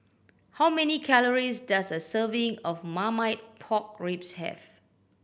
how many calories does a serving of Marmite Pork Ribs have